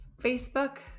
Facebook